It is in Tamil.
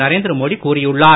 நரேந்திர மோடி கூறியுள்ளார்